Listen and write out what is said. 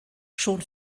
schon